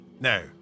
No